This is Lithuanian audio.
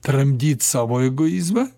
tramdyt savo egoizmą